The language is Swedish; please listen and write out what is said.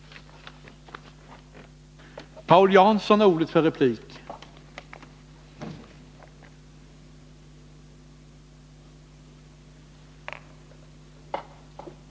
Jag ber att få yrka bifall till reservationerna 2 och 4.